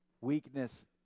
Weakness